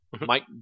Mike